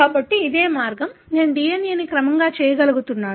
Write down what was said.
కాబట్టి ఇదే మార్గం నేను DNA ని క్రమం చేయగలుగుతున్నాను